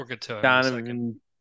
Donovan